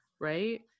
right